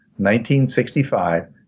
1965